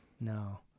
No